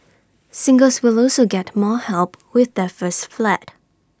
singles will also get more help with their first flat